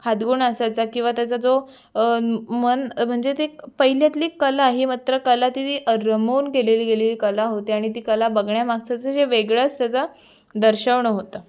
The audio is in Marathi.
हातगुण असायचा किंवा त्याचा जो मन म्हणजे ते पहिल्यातली कला ही मात्र कला तिने रमवून केलेली गेलेली कला होती आणि ती कला बघण्यामागचं जे वेगळंच त्याचं दर्शवणं होतं